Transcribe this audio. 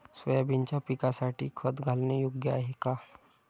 सोयाबीनच्या पिकासाठी खत घालणे योग्य आहे का?